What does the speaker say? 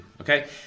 okay